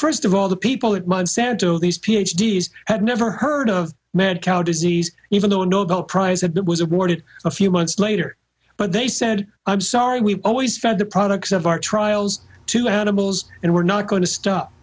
first of all the people that monsanto these ph d s had never heard of mad cow disease even though a nobel prize had that was awarded a few months later but they said i'm sorry we've always fed the products of our trials to animals and we're not going to stop